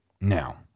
Now